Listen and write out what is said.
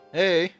Hey